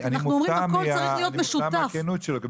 אני מופתע מהכנות שלו.